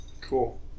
Cool